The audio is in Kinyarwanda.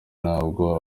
ntabwo